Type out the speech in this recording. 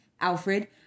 Alfred